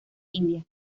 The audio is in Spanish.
india